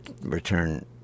return